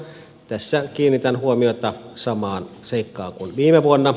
tässä kiinnitän huomiota samaan seikkaan kuin viime vuonna